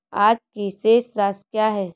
आज की शेष राशि क्या है?